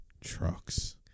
trucks